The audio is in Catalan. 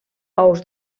ous